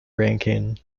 ranking